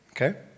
Okay